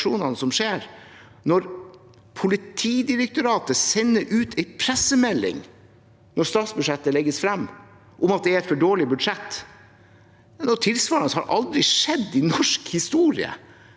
Politidirektoratet sender ut en pressemelding når statsbudsjettet legges fram, om at det er et for dårlig budsjett. Noe tilsvarende har aldri skjedd i norsk historie.